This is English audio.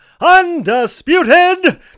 undisputed